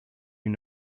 you